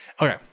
Okay